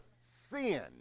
sin